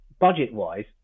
Budget-wise